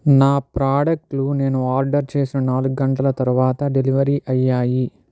నా ప్రాడక్ట్లు నేను ఆర్డర్ చేసిన నాలుగు గంటల తరువాత డెలివరీ అయ్యాయి